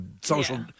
social